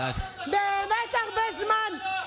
באמת הרבה זמן.